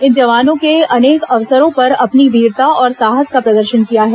इन जवानों ने अनेक अवसरों पर अपनी वीरता और साहस का प्रदर्शन किया है